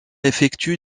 effectue